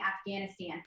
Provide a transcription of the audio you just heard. afghanistan